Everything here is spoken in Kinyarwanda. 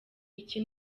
iki